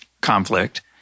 conflict